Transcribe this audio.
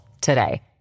today